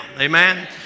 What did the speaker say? Amen